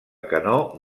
canó